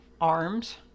arms